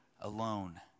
alone